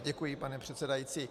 Děkuji, pane předsedající.